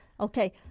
okay